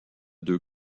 deux